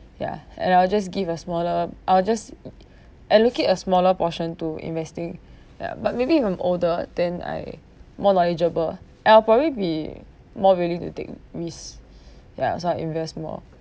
yeah and I'll just give a smaller I'll just uh allocate a smaller portion to investing ya but maybe if I'm older then I more knowledgeable lah and I'll probably be more ready to take risks ya so I invest more